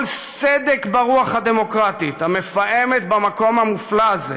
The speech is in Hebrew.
כל סדק ברוח הדמוקרטית המפעמת במקום המופלא הזה